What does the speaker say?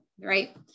right